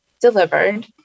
delivered